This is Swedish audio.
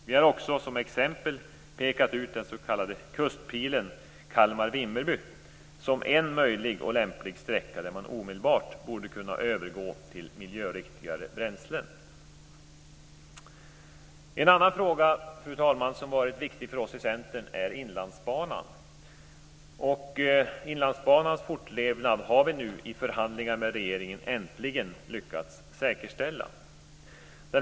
Vi har också pekat ut den s.k. Kustpilen Kalmar-Vimmerby som en möjlig och lämplig sträcka där man omedelbart borde kunna övergå till miljöriktigare bränslen. Fru talman! En annan fråga som har varit viktig för oss i Centern är Inlandsbanan. Vi har nu i förhandlingar med regeringen äntligen lyckats säkerställa Inlandsbanans fortlevnad.